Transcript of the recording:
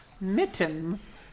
mittens